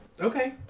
okay